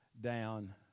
down